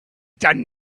done